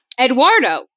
Eduardo